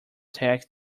tech